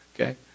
okay